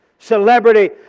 celebrity